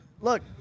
look